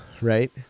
right